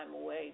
away